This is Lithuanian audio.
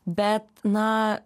bet na